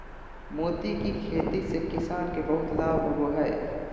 मोती के खेती से किसान के बहुत लाभ होवो हय